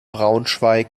braunschweig